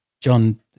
John